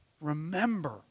Remember